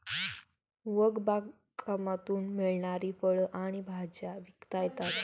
one बागकामातून मिळणारी फळं आणि भाज्या विकता येतात